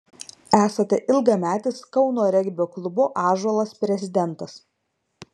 esate ilgametis kauno regbio klubo ąžuolas prezidentas